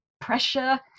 pressure